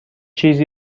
چیزی